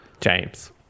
James